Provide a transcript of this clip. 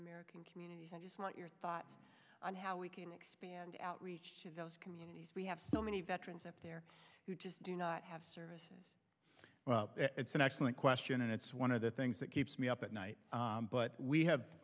american communities i just want your thoughts on how we can expand outreach to those communities we have so many veterans up there who just do not have service well it's an excellent question and it's one of the things that keeps me up at night but we have